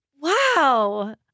Wow